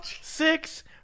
six